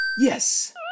Yes